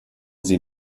sie